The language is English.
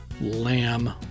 lamb